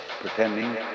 pretending